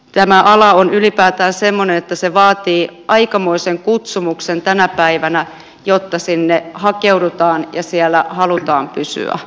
tämä ala on ylipäätään semmoinen että se vaatii aikamoisen kutsumuksen tänä päivänä jotta sinne hakeudutaan ja siellä halutaan pysyä